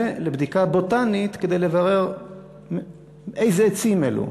ולבדיקה בוטנית, כדי לברר איזה עצים אלו.